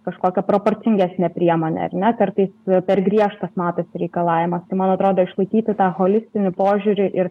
kažkokią proporcingesnę priemonę ar ne kartais per griežtas matosi reikalavimas tai man atrodo išlaikyti tą holistinį požiūrį ir